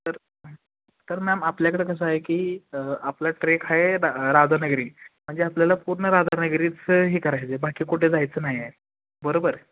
तर तर मॅम आपल्याकडं कसं आहे की आपलं ट्रेक आहे रा राधानगरी म्हणजे आपल्याला पूर्ण राधानगरीच हे करायचे बाकी कुठे जायचं नाही आहे बरोबर